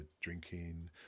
drinking